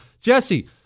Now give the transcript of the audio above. Jesse